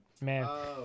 Man